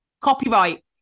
Copyright